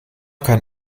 kann